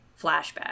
flashback